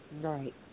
Right